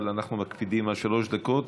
אבל אנחנו מקפידים על שלוש דקות,